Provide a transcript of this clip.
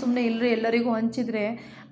ಸುಮ್ಮನೆ ಇಲ್ರೆ ಎಲ್ಲರಿಗು ಹಂಚಿದ್ರೆ